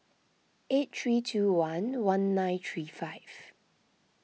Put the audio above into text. eight three two one one nine three five